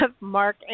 Mark